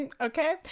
Okay